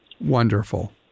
Wonderful